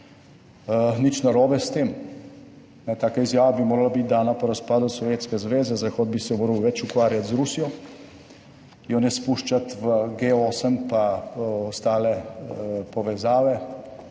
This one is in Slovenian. Nič narobe s tem. Taka izjava bi morala biti dana po razpadu Sovjetske zveze, zahod bi se moral več ukvarjati z Rusijo, jo ne spuščati v G8 pa ostale povezave